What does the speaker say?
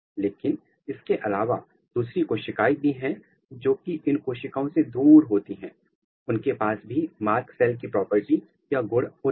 लेकिन इसके अलावा दूसरी कोशिकाएं भी हैं जोकि इन कोशिकाओं से दूर होती हैं उनके पास भी मार्क सेल की प्रॉपर्टी या गुण होते हैं